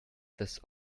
this